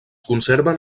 conserven